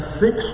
six